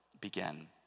begin